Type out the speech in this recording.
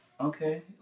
okay